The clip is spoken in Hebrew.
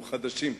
אנחנו חדשים.